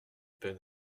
peine